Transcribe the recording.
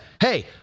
hey